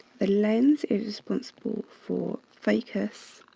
the lens is responsible for focus.